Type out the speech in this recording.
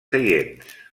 seients